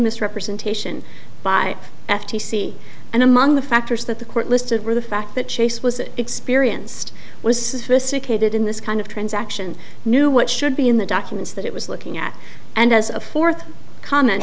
misrepresentation by f t c and among the factors that the court listed were the fact that chase was experienced was sophisticated in this kind of transaction knew what should be in the documents that it was looking at and as a fourth comment